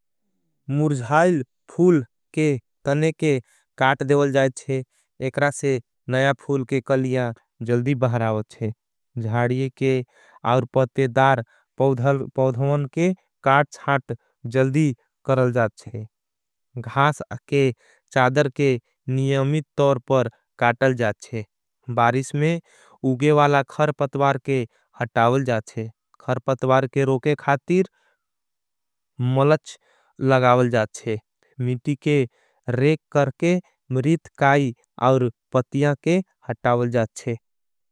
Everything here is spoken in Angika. मुर्जायल फूल के तने के काट देवल जाएच्छे। एकरासे नया फूल के कलियां जल्दी बहरावच्छे। ज्जाडिये के आउर पतेदार पौधवन के काट चाट। जल्दी करल जाच्छे घास के चादर के नियमित। तोर पर काटल जाच्छे बारिष में उगेवाला खरपतवार। के हटावल जाच्छे खरपतवार के रोके खातीर। मलच लगावल जाच्छे मीटी के रेक करके मरीत। काई और पतियां के हटावल जाच्छे।